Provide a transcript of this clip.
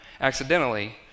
accidentally